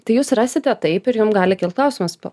tai jūs rasite taip ir jum gali kilt klausimas po